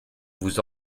vous